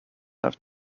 have